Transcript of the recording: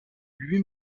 lui